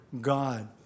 God